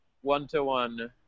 one-to-one